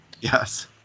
Yes